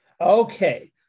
Okay